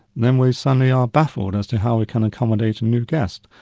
then we suddenly are baffled as to how we can accommodate a new guest.